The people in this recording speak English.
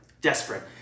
Desperate